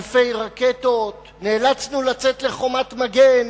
אלפי רקטות נורו עלינו.